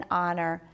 honor